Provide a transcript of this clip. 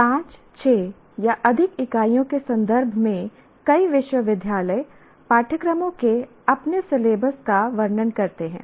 5 6 या अधिक इकाइयों के संदर्भ में कई विश्वविद्यालय पाठ्यक्रमों के अपने सिलेबस का वर्णन करते हैं